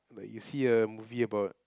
like you see a movie about